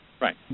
Right